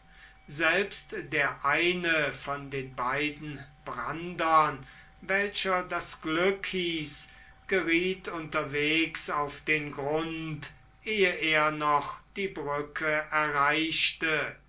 selbst der eine von den beiden brandern welcher das glück hieß gerieth unterwegs auf den grund ehe er noch die brücke erreichte